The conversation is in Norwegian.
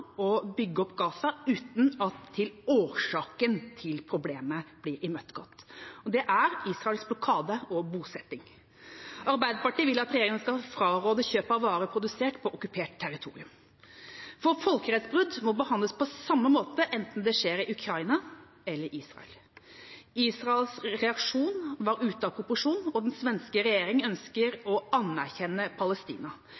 å bygge opp Gaza uten at årsaken til problemet blir imøtegått, dvs. Israels blokade og bosetting. Arbeiderpartiet vil at regjeringa skal fraråde kjøp av varer produsert på okkupert territorium, for folkerettsbrudd må behandles på samme måte enten de skjer i Ukraina eller Israel. Israels reaksjon var ute av proporsjon, og den svenske regjering